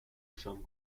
film